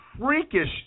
Freakish